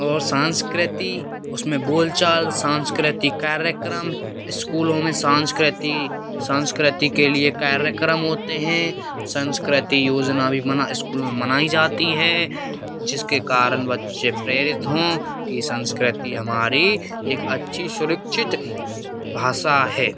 और सांस्कृति उसमें बोल चाल सांस्कृतिक कार्यक्रम स्कूलों में संस्कृति संस्कृति के लिए कार्यक्रम होते हैं संस्कृति योजना भी मना स्कूल में मनाई जाती है जिसके कारण बच्चे प्रेरित हों कि संस्कृति हमारी एक अच्छी सुरक्षित भाषा है